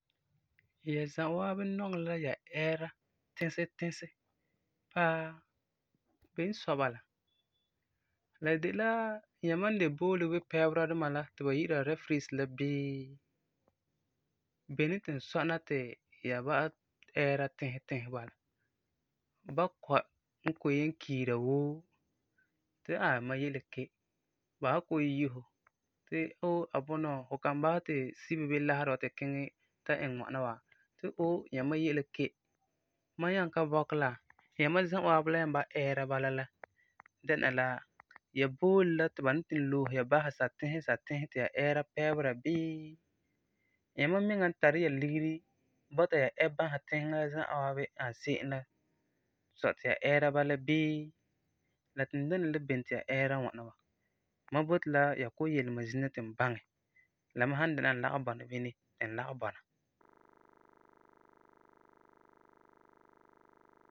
Ya za'a waabi nɔŋɛ la ya ɛɛra tisi paa, beni n sɔi bala? La de la yãma n de boole wipɛɛbereba duma la ti ba yi'ira referees la bii, beni tugum sɔna ti ya ba'am ɛɛra tisi tisi bala. Bakɔi n kɔ'ɔm yen kiira woo, ti ai mam ye la ke. Ba san kɔ'ɔm yen yi fu ti oo abunɔ, fu kan basɛ ti sibi bii laserɛ wa tu kiŋɛ ta iŋɛ ŋwana wa, ti oo yãma ye la ke. Mam nyaa ka bɔkɛ la, yãma za'a waabi la nyaa ba'am ɛɛra bala la dɛna la ya boole la ti ba ni tugum loose ya basɛ satisi satisi ti ya ɛɛra pɛɛbera bii, yãma miŋa tari ya ligeri bɔta ya ɛ baŋɛ tisi la za'a waabi ani se'em la sɔi ti ya ɛɛra bala, bii la tugum dɛna la beni ti ya ɛɛra ŋwana wa. Mam boti la ya kɔ'ɔm yele mam zina ti n baŋɛ. La me san dɛna la n lagum bɔna bini n lagum bɔna.